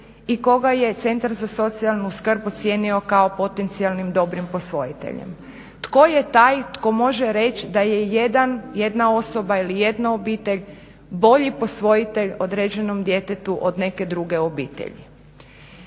i koga je centar za socijalnu skrb ocijenio kao potencijalnim dobrim posvojiteljem? Tko je taj tko može reći da je jedan, jedna osoba ili jedna obitelj bolji posvojitelj određenom djetetu od neke druge obitelji?